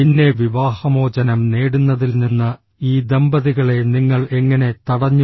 പിന്നെ വിവാഹമോചനം നേടുന്നതിൽ നിന്ന് ഈ ദമ്പതികളെ നിങ്ങൾ എങ്ങനെ തടഞ്ഞു